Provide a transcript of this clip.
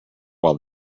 while